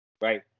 right